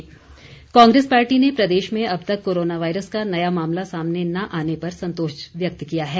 Congress Congress party ने प्रदेश में अब तक कोरोना वायरस का नया मामला सामने ना आने पर संतोष व्यक्त किया है